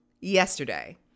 yesterday